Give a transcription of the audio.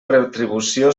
retribució